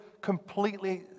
completely